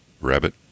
rabbit